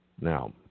Now